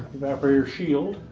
evaporator shield,